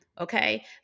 Okay